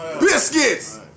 biscuits